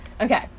Okay